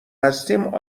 هستیم